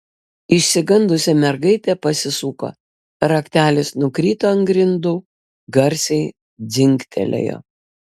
išsigandusi mergaitė pasisuko raktelis nukrito ant grindų garsiai dzingtelėjo